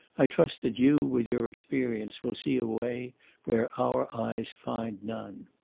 i trust that you, with your experience, will see a way where our eyes find none.